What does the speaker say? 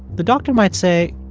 the doctor might say,